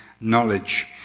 knowledge